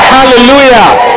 Hallelujah